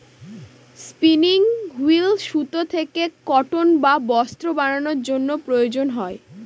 spinning wheel সুতা থেকে cotton বা বস্ত্র বানানোর জন্য প্রয়োজন হয়